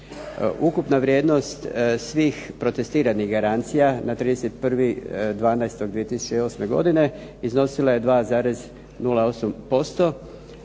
Ukupna vrijednost svih protestiranih garancija na 31.12.2008. godine iznosila je 2,08%.